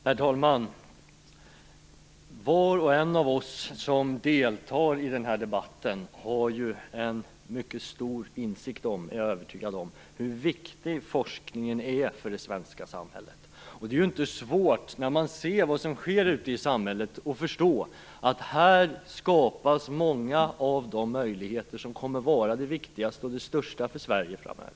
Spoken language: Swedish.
Herr talman! Jag är övertygad om att var och en av oss som deltar i den här debatten har en mycket stor insikt i hur viktig forskningen är för det svenska samhället. När man ser vad som sker ute i samhället är det inte svårt att förstå att här skapas många av de möjligheter som kommer att vara det viktigaste och det största för Sverige framöver.